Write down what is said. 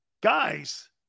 Guys